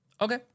Okay